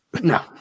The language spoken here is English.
No